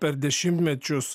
per dešimtmečius